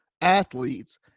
athletes